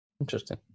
Interesting